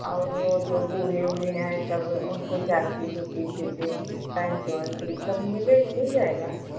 और वो जो बूढ़े उढ़े हैं सब उनको जैकिट उकीट जैसे पैंट उंट ये सब मिले मिल जाएगा